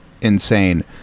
insane